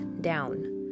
down